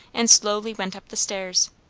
and slowly went up the stairs.